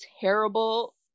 terrible